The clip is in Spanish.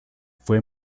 fue